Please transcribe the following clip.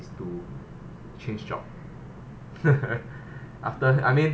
is to change job after I mean